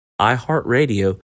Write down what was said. iHeartRadio